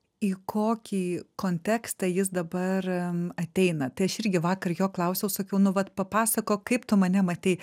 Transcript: į kokį kontekstą jis dabar ateina tai aš irgi vakar jo klausiau sakiau nu vat papasakok kaip tu mane matei